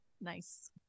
Nice